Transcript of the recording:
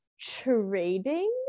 trading